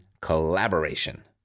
collaboration